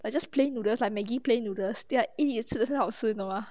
like just plain noodles like maggie plain noodles then I eat 吃很好吃你懂 mah